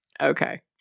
Okay